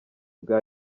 bwa